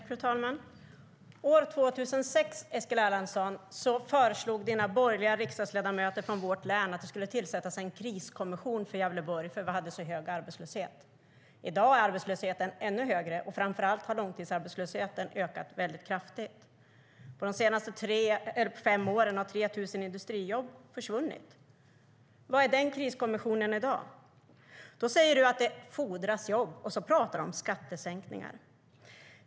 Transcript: Fru talman! År 2006, Eskil Erlandsson, föreslog de borgerliga riksdagsledamöterna från vårt län att det skulle tillsättas en kriskommission för Gävleborg då vi hade så hög arbetslöshet. I dag är arbetslösheten ännu högre, och framför allt har långtidsarbetslösheten ökat kraftigt. På de senaste fem åren har flera tusen industrijobb försvunnit. Var är den kriskommissionen i dag? Då säger du att det fordras jobb, och så pratar du om skattesänkningar.